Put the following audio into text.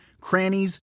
crannies